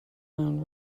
known